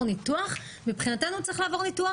ניתוח - מבחינתנו הוא צריך לעבור ניתוח,